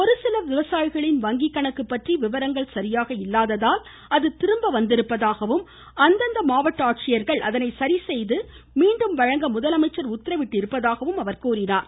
ஒரு சில விவசாயிகளின் வங்கிகணக்கு பற்றி விவரங்கள் சாியாக இல்லாததால் அது திரும்ப வந்திருப்பதாகவும் அந்தந்த மாவட்ட ஆட்சியர்கள் அதனை சரிசெய்து மீண்டும் வழங்க முதலமைச்சர் உத்தரவிட்டிருப்பதாகவும் அவர் கூறினார்